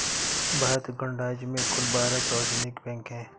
भारत गणराज्य में कुल बारह सार्वजनिक बैंक हैं